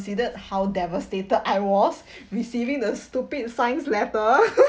considered how devastated I was receiving the stupid science letter